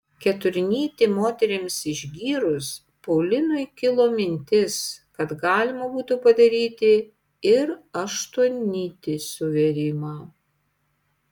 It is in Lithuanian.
keturnytį moterims išgyrus paulinui kilo mintis kad galima būtų padaryti ir aštuonnytį suvėrimą